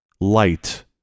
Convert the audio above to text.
Light